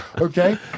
Okay